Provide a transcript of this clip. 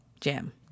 jam